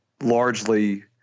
largely